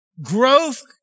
Growth